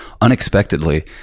unexpectedly